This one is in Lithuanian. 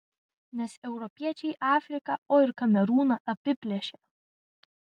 nes europiečiai afriką o ir kamerūną apiplėšė